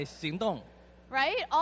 Right